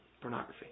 Pornography